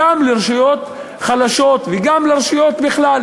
לרשויות חלשות וגם לרשויות בכלל,